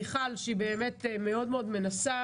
מיכל, שהיא באמת מאוד מאוד מנסה